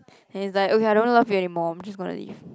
and it's like okay I don't love you anymore I just gonna leave